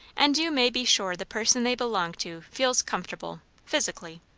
and you may be sure the person they belong to feels comfortable physically.